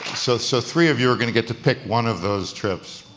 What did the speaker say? so so three of you are going to get to pick one of those trips.